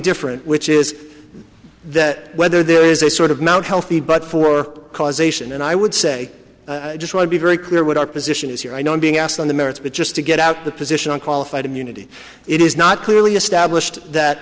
different which is that whether there is a sort of mt healthy but for causation and i would say just would be very clear what our position is here i know i'm being asked on the merits but just to get out the position i'm qualified immunity it is not clearly established that